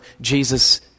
Jesus